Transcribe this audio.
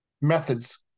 methods